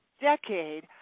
decade